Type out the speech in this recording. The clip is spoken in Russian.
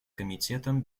комитетом